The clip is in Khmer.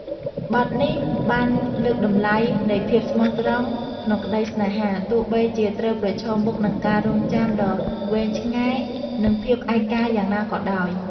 បទនេះបានលើកតម្លៃនៃភាពស្មោះត្រង់ក្នុងក្តីស្នេហា ទោះបីជាត្រូវប្រឈមមុខនឹងការរង់ចាំដ៏វែងឆ្ងាយ និងភាពឯកោយ៉ាងណាក៏ដោយ។